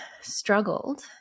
struggled